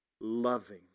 Loving